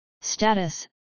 Status